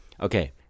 okay